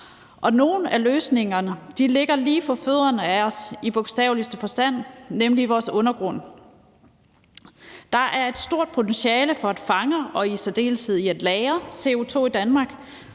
Og nogle af løsningerne ligger lige for fødderne af os – i bogstaveligste forstand, nemlig i vores undergrund. Der er et stort potentiale for at fange og i særdeleshed for at lagre CO2 i Danmark,